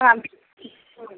आम्ही करून देऊ